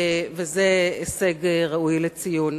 וזה הישג ראוי לציון.